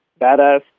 badass